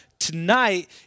tonight